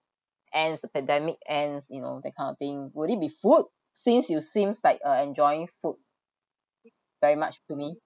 ends the pandemic ends you know that kind of thing will it be food since you seems like uh enjoying food very much to me